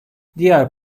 diğer